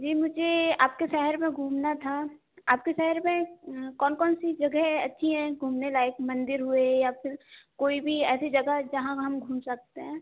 जी मुझे आपके शहर में घूमना था आपके शहर में कौन कौन सी जगह अच्छी हैं घूमने लायक मंदिर हुए या फिर कोई भी ऐसी जगह जहाँ हम घूम सकते हैं